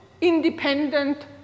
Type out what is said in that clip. independent